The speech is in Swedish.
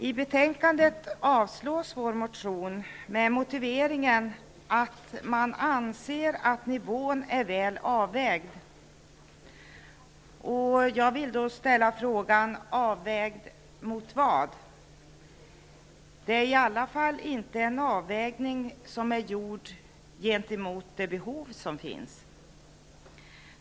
I betänkandet avstyrks vår motion med motiveringen att man anser att nivån är väl avvägd. Jag vill då ställa frågan: Avvägd mot vad? Det är i alla fall inte en avvägning som är gjord gentemot det behov som finns.